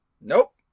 Nope